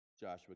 Joshua